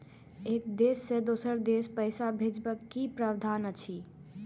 एक देश से दोसर देश पैसा भैजबाक कि प्रावधान अछि??